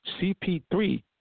CP3